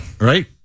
right